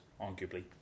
arguably